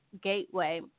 Gateway